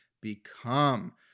become